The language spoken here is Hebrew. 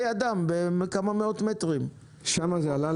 אנחנו לא נלך לציבור ונגיד לו שזה יותר זול